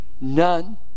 none